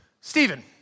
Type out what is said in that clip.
Stephen